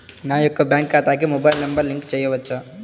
నా యొక్క బ్యాంక్ ఖాతాకి మొబైల్ నంబర్ లింక్ చేయవచ్చా?